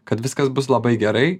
kad viskas bus labai gerai